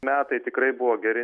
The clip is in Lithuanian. metai tikrai buvo geri